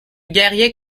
guerrier